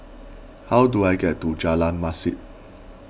how do I get to Jalan Masjid